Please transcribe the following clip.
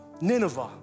Nineveh